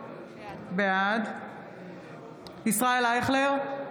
בעד ישראל אייכלר,